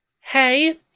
Hey